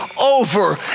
over